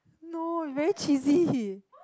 no you very cheesy